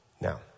Now